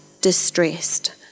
distressed